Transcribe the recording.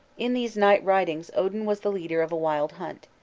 in these night-ridings odin was the leader of a wild hunt.